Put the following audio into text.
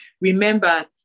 Remember